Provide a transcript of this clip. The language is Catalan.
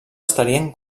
estarien